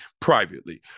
privately